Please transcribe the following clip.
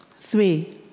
Three